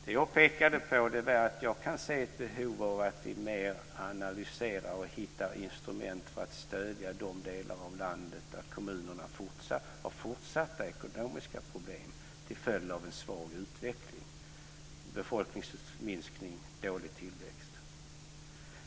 Vad jag pekade på är att jag kan se ett behov av att vi mer analyserar och hittar instrument för att stödja de delar av landet där kommunerna fortsatt har ekonomiska problem till följd av en svag utveckling - befolkningsminskning och dålig tillväxt.